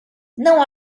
não